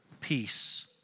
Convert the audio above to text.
peace